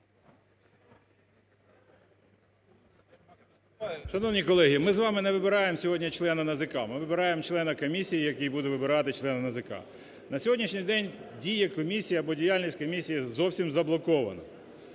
Шановні колеги, ми з вами не вибираємо сьогодні члена НАЗК, ми вибираємо члена комісії, який буде вибирати члена НАЗК. На сьогоднішній день дія комісії або діяльність комісії зовсім заблокована,